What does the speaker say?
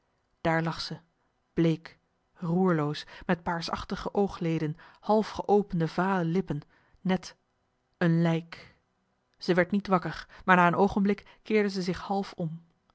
daar lag ze bleek roerloos met paarsachtige oogleden half geopende vale lippen net een lijk ze werd niet wakker maar na een oogenblik keerde ze zich half om